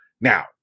Now